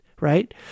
right